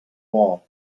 wall